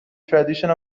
tradition